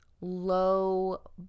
low